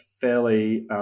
fairly